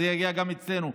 זה יגיע גם אלינו,